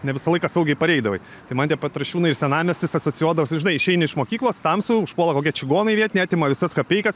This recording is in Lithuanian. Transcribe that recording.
ne visą laiką saugiai pareidavai tai man tie petrašiūnai ir senamiestis asocijuodavosi žinai išeini iš mokyklos tamsu užpuola kokie čigonai vietiniai atima visas kapeikas